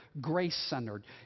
grace-centered